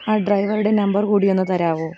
ആ ഡ്രൈവറുടെ നമ്പർ കൂടി ഒന്ന് തരാമോ